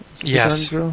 yes